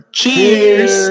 cheers